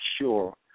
sure